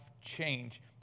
change